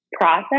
process